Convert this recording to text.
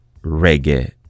Reggae